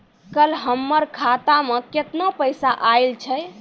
कल हमर खाता मैं केतना पैसा आइल छै?